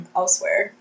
elsewhere